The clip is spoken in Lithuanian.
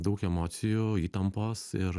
daug emocijų įtampos ir